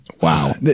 Wow